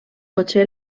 potser